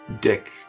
Dick